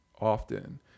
often